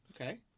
Okay